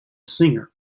singer